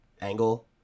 angle